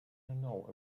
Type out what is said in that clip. know